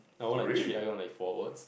I won like three like four awards